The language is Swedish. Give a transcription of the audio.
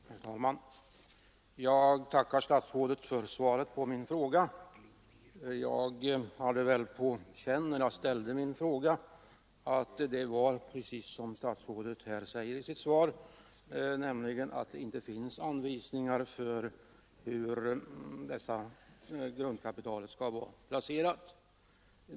Herr talman! Jag tackar statsrådet för svaret på min fråga. Jag hade väl på känn när jag ställde min fråga att det var precis så som statsrådet säger i sitt svar, nämligen att det inte finns anvisningar för hur dessa grundkapital skall vara placerade.